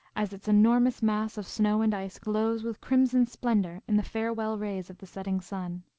as its enormous mass of snow and ice glows with crimson splendor in the farewell rays of the setting sun.